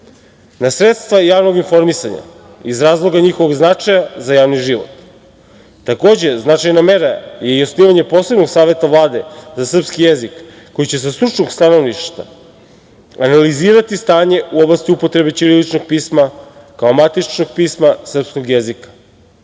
na sredstva javnog informisanja, iz razloga njihovog značaja za javni život. Takođe značajna mera je i osnivanje posebnog savete Vlade za srpski jezik koji će sa stručnog stanovišta analizirati stanje u oblasti upotrebe ćiriličnog pisma kao matičnog pisma srpskog jezika.